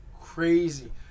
crazy